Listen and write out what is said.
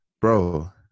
bro